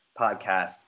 podcast